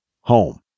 home